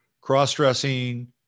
cross-dressing